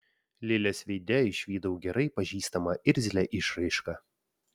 lilės veide išvydau gerai pažįstamą irzlią išraišką